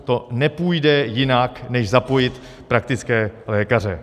To nepůjde jinak než zapojit praktické lékaře.